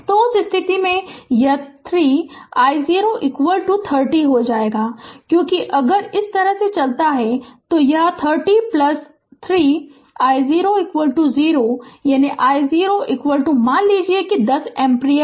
तो उस स्थिति में यह 3 i0 30 हो जाएगा क्योंकि अगर इस तरह से चलता है तो यह है - 303 i0 0 यानी i0 मान लीजिए 10 एम्पीयर